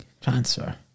transfer